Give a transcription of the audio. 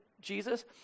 Jesus